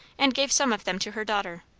and gave some of them to her daughter.